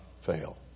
fail